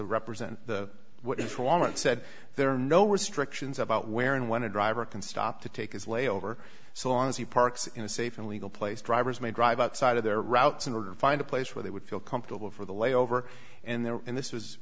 represent the what is wal mart said there are no restrictions about where and when a driver can stop to take his layover so long as he parks in a safe and legal place drivers may drive outside of their routes in order to find a place where they would feel comfortable for the layover and there and this was